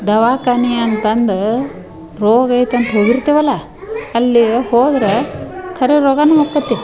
ದವಾಖಾನೆ ಅಂತಂದು ರೋಗ ಐತಂತ ಹೋಗಿರ್ತೀವಲ್ಲ ಅಲ್ಲಿಗೆ ಹೋದ್ರೆ ಖರೆ ರೋಗನು ಹೋಗ್ತೈತೆ